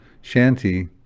shanty